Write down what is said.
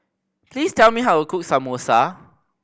please tell me how cook Samosa